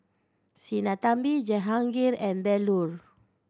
Sinnathamby Jehangirr and Bellur